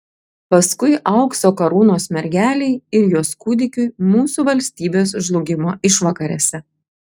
paskui aukso karūnos mergelei ir jos kūdikiui mūsų valstybės žlugimo išvakarėse